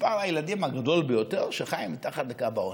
מספר הילדים הגדול ביותר שחיים מתחת לקו העוני?